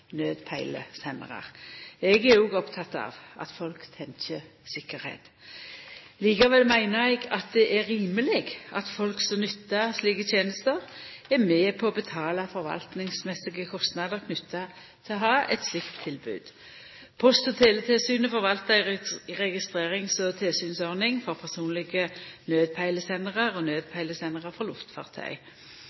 Eg er òg oppteken av at folk tenkjer på tryggleik. Likevel meiner eg at det er rimeleg at folk som nyttar slike tenester, er med på å betala forvaltingsmessige kostnader knytte til å ha eit slikt tilbod. Post- og teletilsynet forvaltar ei registrerings- og tilsynsordning for personlege naudpeilesendarar og naudpeilesendarar for luftfartøy.